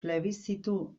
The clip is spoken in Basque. plebiszitu